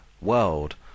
world